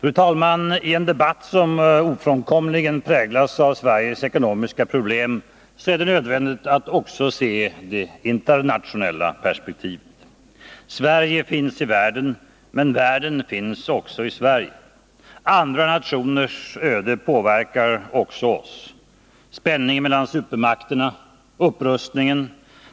Fru talman! I en debatt som ofrånkomligen präglas av Sveriges ekonomiska problem är det nödvändigt att också se det internationella perspektivet. Sverige finns i världen, men världen finns också i Sverige. Andra nationers öde påverkar också oss. Spänningen mellan supermakterna, upprustningen.